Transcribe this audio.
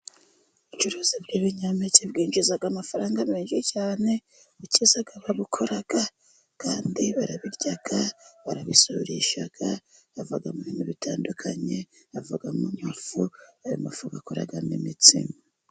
Ubucuruzi bw'ibinyampeke bwinjiza amafaranga menshi cyane, bukiza ababukora kandi barabirya barabisurisha, havamo ibintu bitandukanye, havamo amafu ayo mafu bakoramo imitsima.